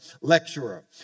lecturer